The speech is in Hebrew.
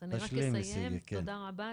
אז אני רק אסיים, תודה רבה.